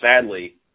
sadly